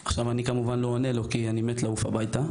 אני, כמובן, לא עונה לו כי אני מת לעוף הביתה.